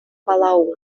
палау